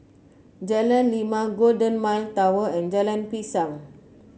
Jalan Lima Golden Mile Tower and Jalan Pisang